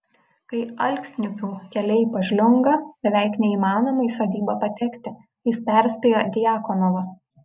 kai alksniupių keliai pažliunga beveik neįmanoma į sodybą patekti jis perspėjo djakonovą